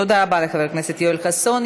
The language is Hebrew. תודה לחבר הכנסת יואל חסון.